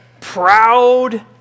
proud